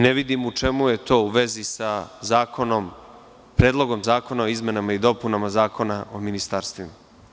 Ne vidim u čemu je to u vezi sa Predlogom zakona o izmenama i dopunama Zakona o ministarstvima.